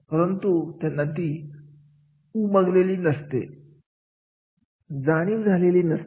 परंतु त्यांना ती उमगलेली नसते जाणीव झालेली नसते